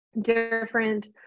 different